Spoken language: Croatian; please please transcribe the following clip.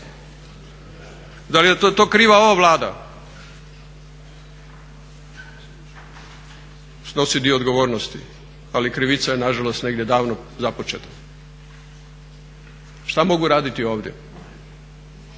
Da li je to kriva ova Vlada? Snosi dio odgovornosti, ali krivica je nažalost negdje davno započeta. Šta mogu raditi ovdje?